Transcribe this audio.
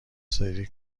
سری